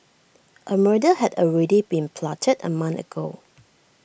A murder had already been plotted A month ago